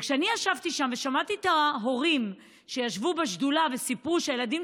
כשאני ישבתי שם ושמעתי את ההורים שישבו בשדולה וסיפרו שהילדים